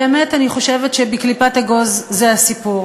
באמת אני חושבת שבקליפת אגוז זה הסיפור.